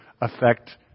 affect